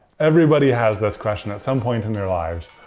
everybody has this question at some point in their lives,